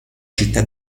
città